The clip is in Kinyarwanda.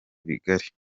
bigari